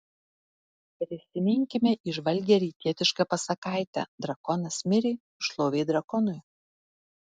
prisiminkime įžvalgią rytietišką pasakaitę drakonas mirė šlovė drakonui